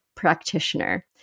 Practitioner